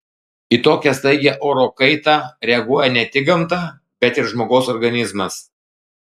į tokią staigią oro kaitą reaguoja ne tik gamta bet ir žmogaus organizmas